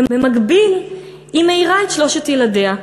במקביל היא מעירה את שלושת ילדיה.